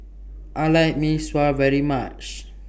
I like Mee Sua very much